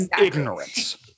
ignorance